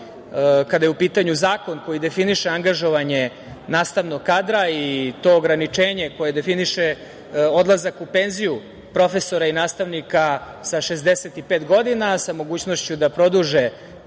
kada je u pitanju zakon koji definiše angažovanje nastavnog kadra i to ograničenje koje definiše odlazak u penziju profesora i nastavnika sa 65 godina, sa mogućnošću da produže